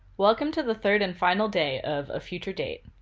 welcome to the third and final day of a future date.